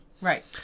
right